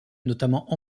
notamment